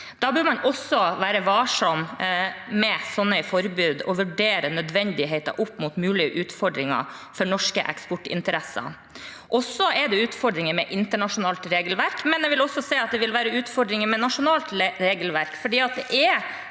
Da bør man også være varsom med sånne forbud og vurdere nødvendigheten opp mot mulige utfordringer for norske eksportinteresser. Det er utfordringer med internasjonalt regelverk, men jeg vil også si at det vil være utfordringer med nasjonalt regelverk, fordi det er